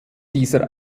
dieser